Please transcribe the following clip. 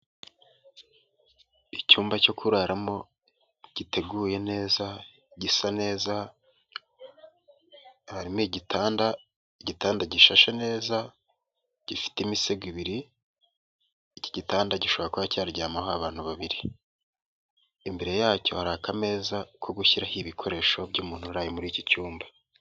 Icyumba cyo kuraramo, giteguye neza, gisa neza, harimo igitanda, igitanda gishashe neza gifite imisego ibiri, iki gitanda gishobora kuba cyaryamaho abantu babiri, imbere yacyo hari aka ameza ko gushyiraho ibikoresho by'umuntu uraye muri iki cyumba.